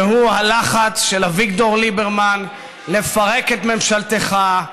והוא הלחץ של אביגדור ליברמן לפרק את ממשלתך.